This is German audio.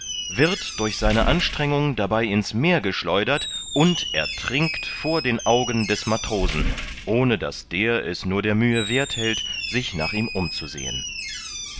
wird durch seine anstrengung dabei ins meer geschleudert und ertrinkt vor den augen des matrosen ohne daß der es nur der mühe werth hält sich nach ihm umzusehen